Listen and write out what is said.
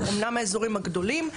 אמנם האזורים הגדולים.